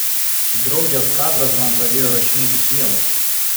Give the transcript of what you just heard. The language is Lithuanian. draugės kadras man pradėjo rašinėti pievas